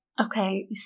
Okay